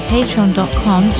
patreon.com